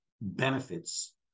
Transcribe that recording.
benefits